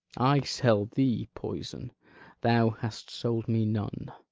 i sell thee poison thou hast sold me none.